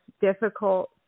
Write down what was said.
difficult